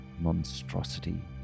monstrosity